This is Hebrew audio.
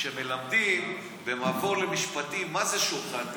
כשמלמדים במבוא למשפטים מה זה שוחד,